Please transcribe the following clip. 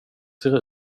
ser